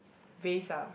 vase ah